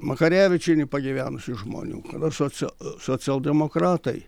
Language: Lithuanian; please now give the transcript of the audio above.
makarevičienė pagyvenusių žmonių tada socia socialdemokratai